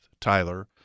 Tyler